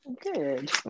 Good